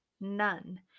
none